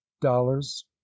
dollars